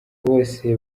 bose